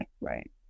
right